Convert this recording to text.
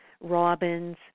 robins